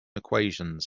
equations